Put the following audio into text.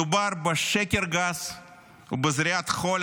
מדובר בשקר גס ובזריית חול,